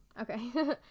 Okay